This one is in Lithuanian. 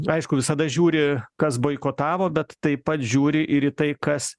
aišku visada žiūri kas boikotavo bet taip pat žiūri ir į tai kas